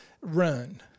run